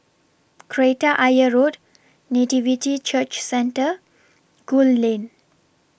Kreta Ayer Road Nativity Church Centre Gul Lane